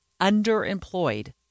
underemployed